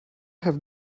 have